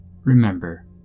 Remember